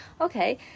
Okay